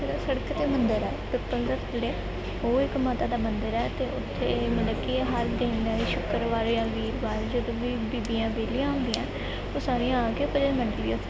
ਜਿਹੜਾ ਸੜਕ 'ਤੇ ਮੰਦਰ ਹੈ ਪਿੱਪਲ ਦੇ ਥੱਲੇ ਉਹ ਇੱਕ ਮਾਤਾ ਦਾ ਮੰਦਰ ਹੈ ਅਤੇ ਉੱਥੇ ਮਤਲਬ ਕਿ ਹਰ ਦਿਨ ਸ਼ੁੱਕਰਵਾਰ ਜਾਂ ਵੀਰਵਾਰ ਜਦੋਂ ਵੀ ਬੀਬੀਆਂ ਵਿਹਲੀਆਂ ਹੁੰਦੀਆਂ ਉਹ ਸਾਰੀਆਂ ਆ ਕੇ ਭਜਨ ਮੰਡਲੀ ਵੀ ਉੱਥੇ